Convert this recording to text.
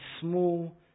small